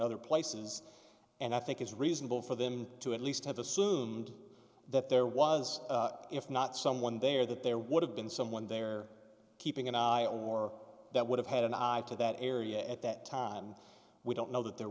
other places and i think it's reasonable for them to at least have assumed that there was if not someone there that there would have been someone there keeping an eye or that would have had an eye to that area at that time we don't know that there